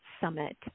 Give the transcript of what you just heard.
Summit